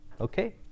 Okay